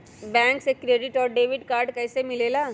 Bank से credit और debit card कैसी मिलेला?